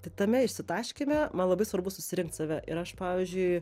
tai tame išsitaškyme man labai svarbu susirinkt save ir aš pavyzdžiui